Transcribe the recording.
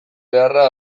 beharra